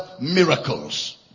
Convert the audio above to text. miracles